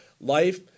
life